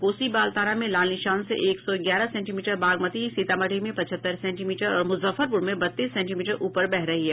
कोसी बलतारा में लाल निशान से एक सौ ग्यारह सेंटीमीटर बागमती सीतामढ़ी में पचहत्तर सेंटीमीटर और मुजफ्फरपुर में बत्तीस सेंटीमीटर ऊपर बह रही है